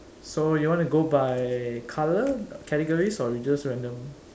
so you wanna go by color categories or we just random